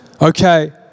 Okay